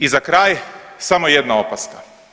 I za kraj samo jedna opaska.